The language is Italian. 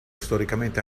storicamente